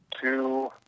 two